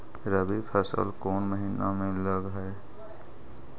रबी फसल कोन महिना में लग है?